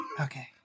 Okay